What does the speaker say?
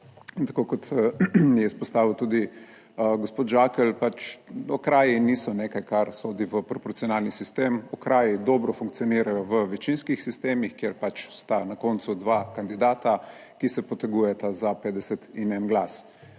tako kot je izpostavil tudi gospod Žakelj pač okraji niso nekaj, kar sodi v proporcionalni sistem. Okraji dobro funkcionirajo v večinskih sistemih, kjer pač sta na koncu dva kandidata, ki se potegujeta za 50 in en glas.